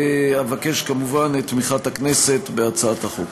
אבקש כמובן את תמיכת הכנסת בהצעת החוק.